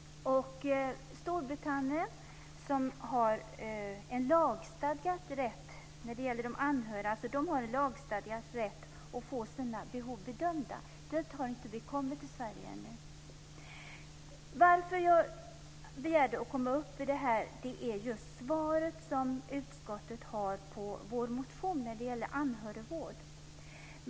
I Storbritannien har de anhöriga en lagstadgad rätt att få sina behov bedömda. Dit har vi inte kommit i Sverige ännu. Anledningen till att jag begärde ordet är det svar som utskottet ger på vår motion när det gäller anhörigvård.